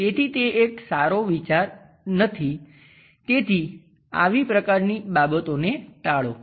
તેથી તે એક સારો વિચાર નથી તેથી આવી પ્રકારની બાબતોને ટાળો